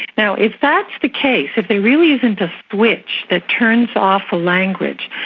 now if that's the case, if there really isn't a switch that turns off a language,